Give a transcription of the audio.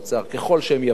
ככל שהם יבשילו,